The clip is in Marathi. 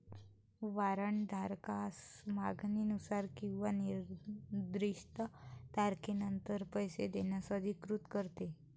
वॉरंट धारकास मागणीनुसार किंवा निर्दिष्ट तारखेनंतर पैसे देण्यास अधिकृत करते